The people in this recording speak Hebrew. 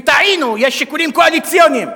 וטעינו, יש שיקולים קואליציוניים,